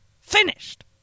Finished